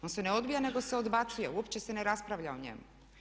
On se ne odbija, nego se odbacuje, uopće se ne raspravlja o njemu.